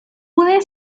pueden